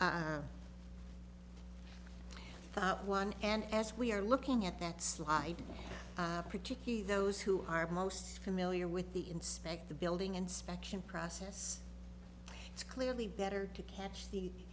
one and as we are looking at that slide particularly those who are most familiar with the inspect the building inspection process it's clearly better to catch the